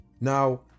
Now